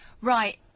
Right